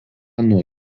nuo